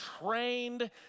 trained